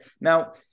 Now